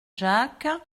jacques